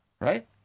right